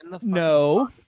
no